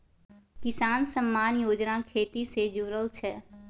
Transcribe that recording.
किसान सम्मान योजना खेती से जुरल छै